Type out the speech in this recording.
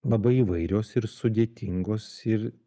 labai įvairios ir sudėtingos ir